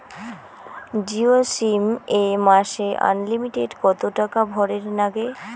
Jio sim এ মাসে unlimited কত টাকা ভরের নাগে?